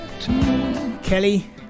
Kelly